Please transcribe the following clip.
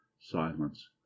silence